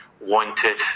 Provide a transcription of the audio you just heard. wanted